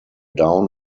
down